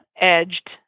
edged